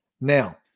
Now